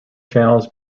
channels